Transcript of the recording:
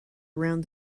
around